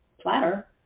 platter